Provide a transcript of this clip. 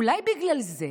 אולי בגלל זה,